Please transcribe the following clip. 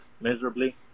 miserably